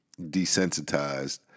desensitized